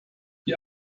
die